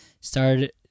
Started